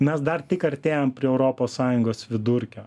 mes dar tik artėjam prie europos sąjungos vidurkio